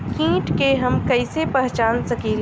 कीट के हम कईसे पहचान सकीला